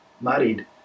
married